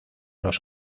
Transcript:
los